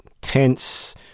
tense